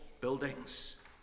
buildings